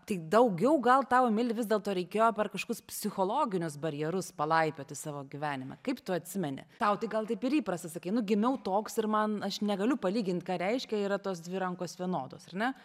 tai daugiau gal tau emili vis dėlto reikėjo per kažkokius psichologinius barjerus palaipioti savo gyvenime kaip tu atsimeni tau tai gal taip ir įprasta sakai nu gimiau toks ir man aš negaliu palygint ką reiškia yra tos dvi rankos vienodos ar ne